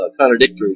contradictory